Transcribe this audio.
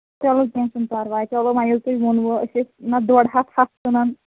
چلو کیٚنہہ چھُنہٕ پَرواے چلو وۄنۍ ییٚلہِ تۄہہِ ووٚنوُ أسۍ ٲسۍ نَتہٕ ڈۄڈ ہَتھ ہَتھ کٕنان